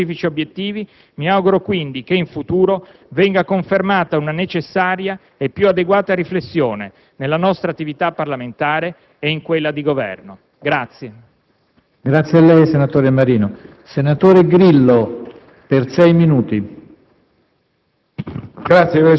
Proprio in merito a questi specifici obiettivi, mi auguro che in futuro sia confermata una necessaria e più adeguata riflessione nella nostra attività parlamentare e in quella di Governo.